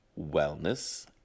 wellness